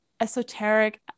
esoteric